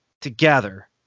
Together